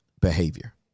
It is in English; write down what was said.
behavior